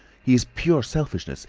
he is pure selfishness.